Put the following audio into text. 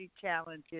challenges